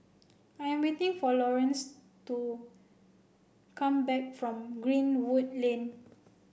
I am waiting for Lorenz to come back from Greenwood Lane